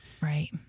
Right